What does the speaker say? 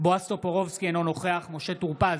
בועז טופורובסקי, אינו נוכח משה טור פז,